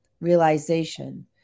realization